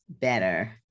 better